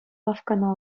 лавккана